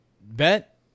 Bet